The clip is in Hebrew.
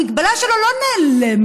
המגבלה שלו לא נעלמת.